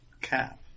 Cap